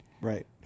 Right